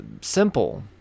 simple